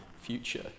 future